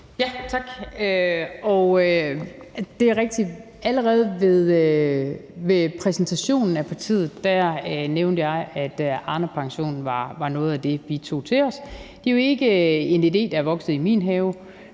Tak. Det er rigtigt, at allerede ved præsentationen af partiet nævnte jeg, at Arnepensionen var noget af det, vi tog til os. Det er ikke en idé, der er vokset i min have,